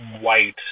white